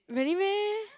really meh